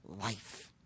life